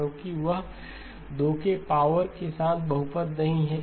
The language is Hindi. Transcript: क्योंकि वह 2 के पावर के साथ बहुपद नहीं है